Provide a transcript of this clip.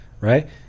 right